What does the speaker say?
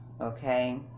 okay